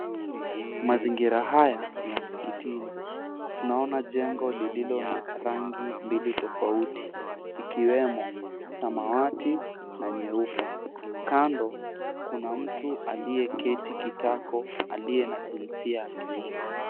Mazingira haya ni ya msikitini. Tunaona jengo lililo na rangi mbili tofauti ikiwemo samawati na nyeupe. Kando kuna mtu aliyeketi kitako aliye na jinsia ya kiume.